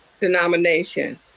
denomination